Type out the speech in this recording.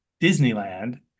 Disneyland